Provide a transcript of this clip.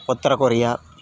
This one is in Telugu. ఉత్తర కొరియా